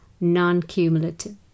non-cumulative